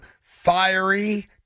fiery